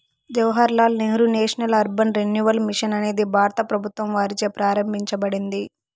Jawahar Lal Nehru national urban renewal mission అనేది భారత ప్రభుత్వం వారిచే ప్రారంభించబడింది